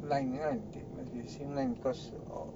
line kan must be the same line cause